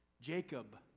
Jacob